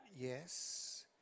Yes